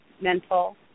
mental